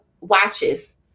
watches